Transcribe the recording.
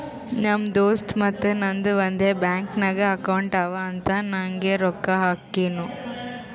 ನಮ್ ದೋಸ್ತ್ ಮತ್ತ ನಂದು ಒಂದೇ ಬ್ಯಾಂಕ್ ನಾಗ್ ಅಕೌಂಟ್ ಅವಾ ಅಂತ್ ನಂಗೆ ರೊಕ್ಕಾ ಹಾಕ್ತಿನೂ